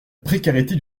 précarité